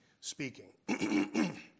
speaking